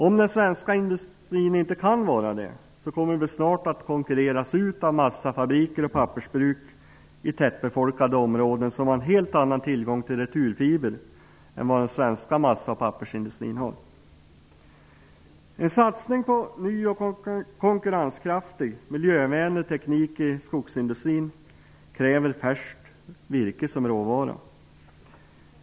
Om den svenska industrin inte kan vara det kommer vi snart att konkurreras ut av massafabriker och pappersbruk i tätbefolkade områden som har en helt annan tillgång till returfiber än vad den svenska massaoch pappersindustrin har. En satsning på ny och konkurrenskraftig miljövänlig teknik i skogsindustrin kräver färskt virke som råvara.